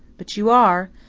but you are.